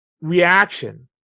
reaction